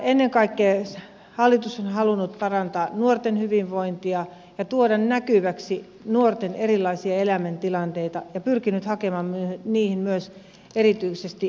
ennen kaikkea hallitus on halunnut parantaa nuorten hyvinvointia ja tuoda näkyväksi nuorten erilaisia elämäntilanteita ja myös pyrkinyt hakemaan niihin erityisesti erilaisia ratkaisuja